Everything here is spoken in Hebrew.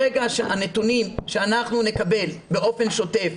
ברגע שהנתונים שאנחנו נקבל באופן שוטף